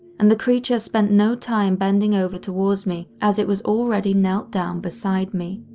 and the creature spent no time bending over towards me, as it was already knelt down beside me.